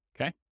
Okay